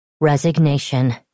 Resignation